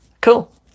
Cool